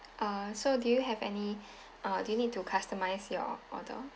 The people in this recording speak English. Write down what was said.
uh so do you have any uh do you need to customise your order